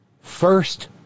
first